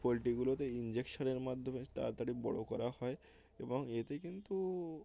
পোলট্রিগুলোতে ইঞ্জেকশানের মাধ্যমে তাড়াতাড়ি বড়ো করা হয় এবং এতে কিন্তু